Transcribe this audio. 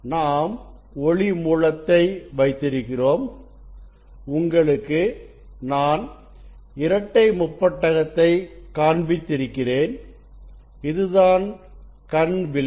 நாம் ஒளி மூலத்தை வைத்திருக்கிறோம் உங்களுக்கு நான் இரட்டை முப்பட்டகத்தை காண்பித்திருக்கிறேன் இதுதான் கண் வில்லை